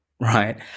Right